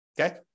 okay